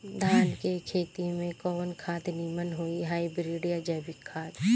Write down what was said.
धान के खेती में कवन खाद नीमन होई हाइब्रिड या जैविक खाद?